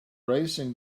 racing